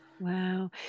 Wow